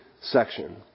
section